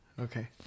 Okay